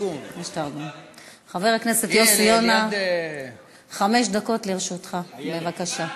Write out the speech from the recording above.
חבר הכנסת יוסי יונה, חמש דקות לרשותך, בבקשה.